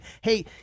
hey